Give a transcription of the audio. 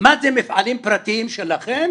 מה זה, מפעלים פרטיים שלכם?